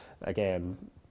again